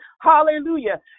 Hallelujah